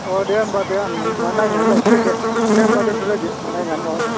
दे होनबा दे आं मा नायनानै लायसिगोन दे दे होनबा दोनथ' लायदो नायनानै माबानोसै